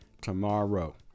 Tomorrow